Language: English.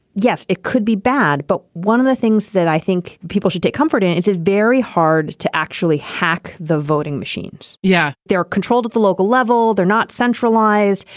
yes, it could be bad. but one of the things that i think people should take comfort in. it is very hard to actually hack the voting machines. yeah, they are controlled at the local level. they're not centralized.